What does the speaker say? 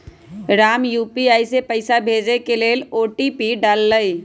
Ram UPI से पइसा भेजे के लेल ओ.टी.पी डाललई